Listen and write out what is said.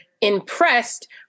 impressed